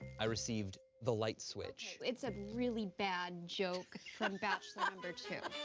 i received, the light switch. it's a really bad joke from bachelor number two.